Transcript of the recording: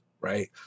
right